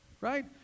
Right